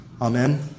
Amen